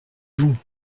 vous